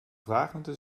vragende